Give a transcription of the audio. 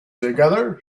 together